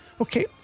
Okay